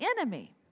enemy